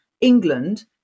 England